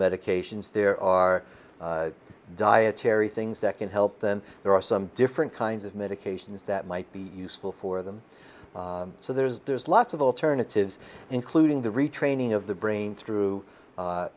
medications there are dietary things that can help them there are some different kinds of medications that might be useful for them so there's lots of alternatives including the retraining of the brain through